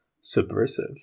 subversive